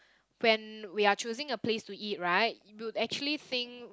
when we are choosing a place to eat right we would actually think